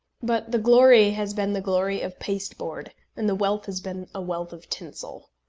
but the glory has been the glory of pasteboard, and the wealth has been a wealth of tinsel.